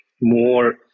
more